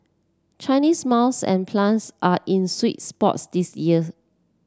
Chinese mills and plants are in sweet spot this year